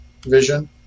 vision